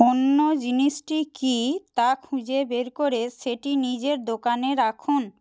অন্য জিনিসটি কী তা খুঁজে বের করে সেটি নিজের দোকানে রাখুন